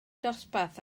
dosbarth